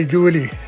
Julie